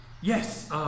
Yes